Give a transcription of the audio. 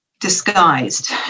disguised